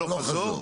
הלוך חזור,